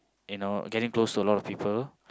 you know getting close to a lot of people